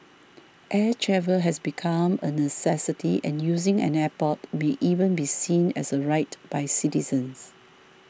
air travel has become a necessity and using an airport may even be seen as a right by citizens